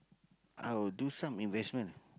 I'll do some investment